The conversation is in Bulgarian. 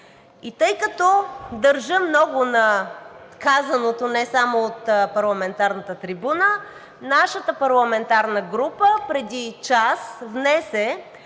И тъй като държа много на казаното, не само от парламентарната трибуна, нашата парламентарна група преди час внесе